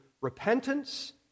repentance